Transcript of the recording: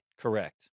Correct